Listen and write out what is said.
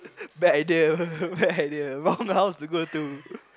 bad idea bad idea round the house people do